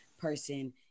person